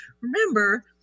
Remember